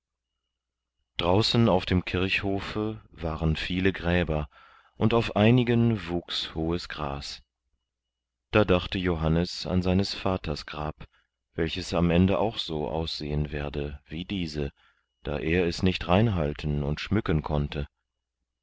draußen auf dem kirchhofe waren viele gräber und auf einigen wuchs hohes gras da dachte johannes an seines vaters grab welches am ende auch so aussehen werde wie diese da er es nicht reinhalten und schmücken konnte